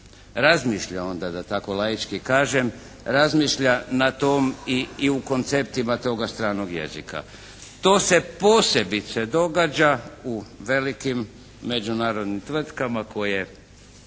razmišlja onda da tako laički kažem, razmišlja na tom i u konceptima toga stranog jezika. To se posebice događa u velikim međunarodnim tvrtkama koje